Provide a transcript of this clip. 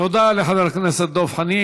תודה לחבר הכנסת דב חנין.